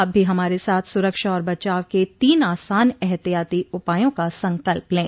आप भी हमारे साथ सुरक्षा और बचाव के तीन आसान एहतियाती उपायों का संकल्प लें